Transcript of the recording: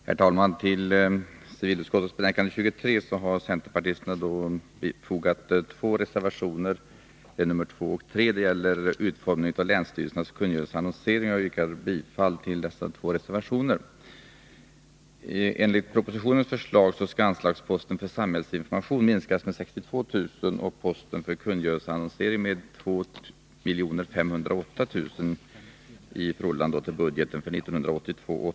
Herr talman! Till civilutskottets betänkande 23 har centerpartisterna fogat två reservationer, nr 2 och 3. De gäller utformningen av länsstyrelsernas kungörelseannonsering, och jag yrkar bifall till dessa två reservationer. Enligt propositionens förslag skall anslagsposten för samhällsinformation minskas med 62 000 kr. och posten för kungörelseannonsering med 2 508 000 kr. i förhållande till budgeten för 1982/83.